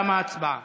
תמה ההצבעה.